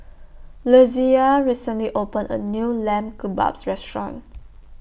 Lesia recently opened A New Lamb Kebabs Restaurant